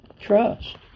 Trust